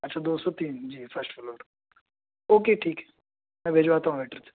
اچھا دو سو تین جی فرسٹ فلور اوکے ٹھیک ہے میں بھجواتا ہوں ویٹر سے ٹھیک ہے اوکے